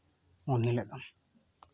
ᱩᱱ ᱦᱤᱞᱳᱜ ᱫᱚ